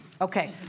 Okay